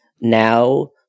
now